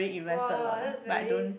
!wah! that's very